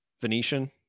Venetian